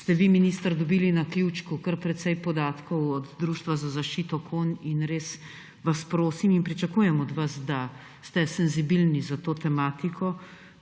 ste vi, minister, dobili na ključku kar precej podatkov od Društva za zaščito konj. Res vas prosim in pričakujem od vas, da ste senzibilni za to tematiko,